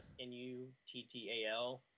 N-U-T-T-A-L